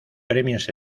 premios